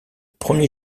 premier